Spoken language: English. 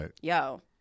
yo